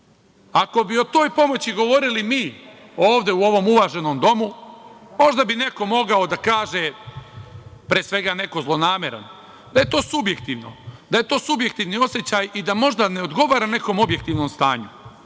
Ako bi o toj pomoći govorili mi ovde u ovom uvaženom domu, možda bi neko mogao da kaže, pre svega neko zlonameran, da je to subjektivno, da je to subjektivni osećaj i da možda ne odgovara nekom objektivnom